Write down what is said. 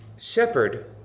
Shepherd